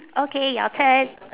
okay your turn